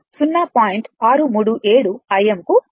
637 Im కు సమానం